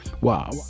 wow